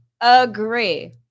Agree